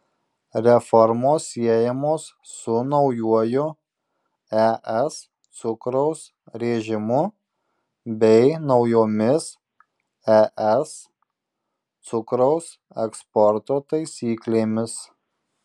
reformos siejamos su naujuoju es cukraus režimu bei naujomis es cukraus eksporto taisyklėmis